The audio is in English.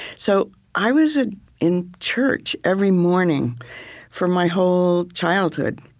so i was ah in church every morning for my whole childhood.